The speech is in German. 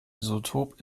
isotop